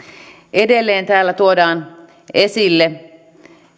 edelleen täällä tuodaan esille